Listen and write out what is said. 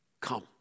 Come